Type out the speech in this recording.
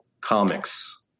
comics